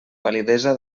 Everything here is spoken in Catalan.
validesa